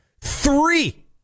three